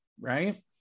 Right